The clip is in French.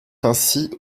ainsi